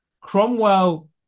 Cromwell